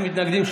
אין מתנגדים,